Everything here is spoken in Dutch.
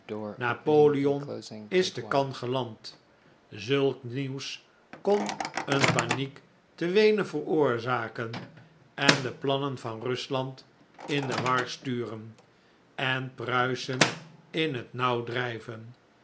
napoleon is te cannes geland zulk nieuws kon een paniek te weenen veroorzaken en de plannen van rusland in de war sturen en pruisen in het nauw drijven